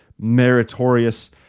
meritorious